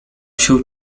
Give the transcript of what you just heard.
się